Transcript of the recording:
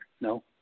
No